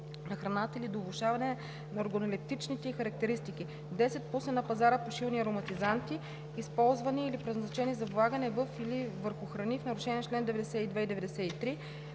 на храната или до влошаване на органолептичните ѝ характеристики; 10. пусне на пазара пушилни ароматизанти, използвани или предназначени за влагане във или върху храни в нарушение на чл. 92 и 93;